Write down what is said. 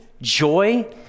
Joy